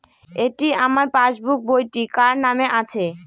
এটি আমার পাসবুক বইটি কার নামে আছে?